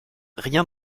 rien